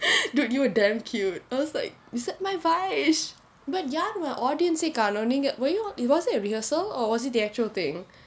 dude you were damn cute I was like is that my vaish but யார் ஏன்:yaar aen audience eh காணும் நீங்க:kaanum ninga were you it was it a rehearsal or was it the actual thing